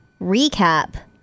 recap